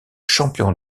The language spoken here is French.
champion